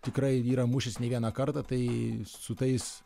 tikrai yra mūšęs ne vieną kartą tai su tais